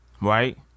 right